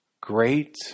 Great